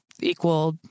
equal